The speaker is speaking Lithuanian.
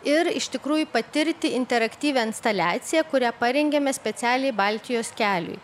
ir iš tikrųjų patirti interaktyvią instaliaciją kurią parengėme specialiai baltijos keliui